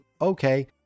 Okay